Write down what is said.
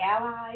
allies